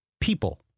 people